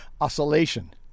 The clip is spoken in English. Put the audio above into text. Oscillation